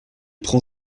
prend